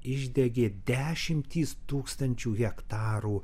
išdegė dešimtys tūkstančių hektarų